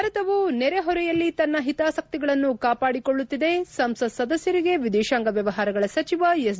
ಭಾರತವು ತನ್ನ ನೆರೆಹೊರೆಯಲ್ಲಿ ತನ್ನ ಹಿತಾಸಕ್ತಿಗಳನ್ನು ಕಾಪಾಡಿಕೊಳ್ಳುತ್ತಿದೆ ಸಂಸತ್ ಸದಸ್ದರಿಗೆ ವಿದೇಶಾಂಗ ವ್ಲವಹಾರಗಳ ಸಚಿವ ಎಸ್